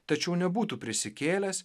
tačiau nebūtų prisikėlęs